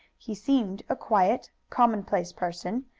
he seemed a quiet, commonplace person,